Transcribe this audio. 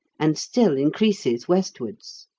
and still increases westwards.